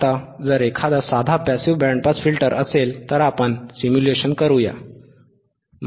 आता जर एखादा साधा पॅसिव्ह बँड पास फिल्टर असेल तर आपण सिम्युलेशन करूया